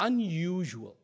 unusual